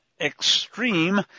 extreme